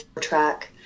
track